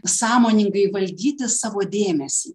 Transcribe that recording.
sąmoningai valdyti savo dėmesį